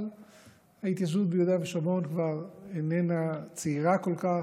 אבל ההתיישבות ביהודה ושומרון כבר איננה צעירה כל כך,